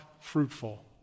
fruitful